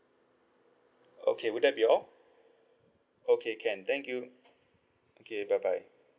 okay would that be all okay can thank you okay bye bye